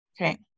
Okay